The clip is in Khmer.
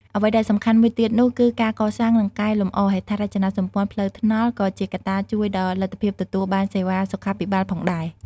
អ្វីដែលសំខាន់មួយទៀតនោះ គឺការកសាង និងកែលម្អ ហេដ្ឋារចនាសម្ព័ន្ធផ្លូវថ្នល់ ក៏ជាកត្តាជួយដល់លទ្ធភាពទទួលបានសេវាសុខាភិបាលផងដែរ។